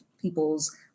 People's